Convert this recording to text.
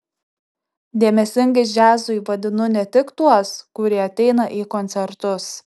dėmesingais džiazui vadinu ne tik tuos kurie ateina į koncertus